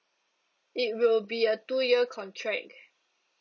it will be a two year contract